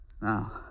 Now